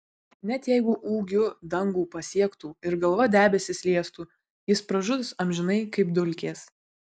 net jeigu ūgiu dangų pasiektų ir galva debesis liestų jis pražus amžinai kaip dulkės